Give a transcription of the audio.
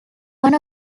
one